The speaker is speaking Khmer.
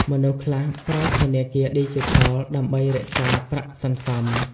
មនុស្សខ្លះប្រើធនាគារឌីជីថលដើម្បីរក្សាប្រាក់សន្សំ។